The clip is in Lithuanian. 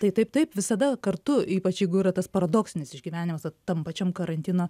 tai taip taip visada kartu ypač jeigu yra tas paradoksinis išgyvenimas tam pačiam karantino